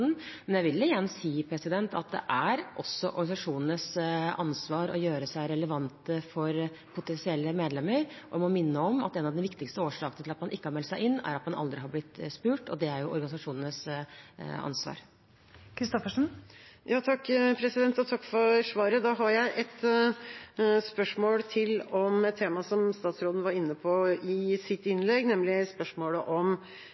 Men jeg vil igjen si at det er også organisasjonenes ansvar å gjøre seg relevante for potensielle medlemmer, og må minne om at en av de viktigste årsakene til at man ikke har meldt seg inn, er at man aldri har blitt spurt, og det er organisasjonenes ansvar. Jeg har et spørsmål til om et tema som statsråden var inne på i sitt innlegg, nemlig spørsmålet om